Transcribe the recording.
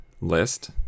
list